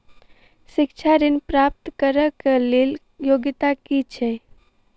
शिक्षा ऋण प्राप्त करऽ कऽ लेल योग्यता की छई?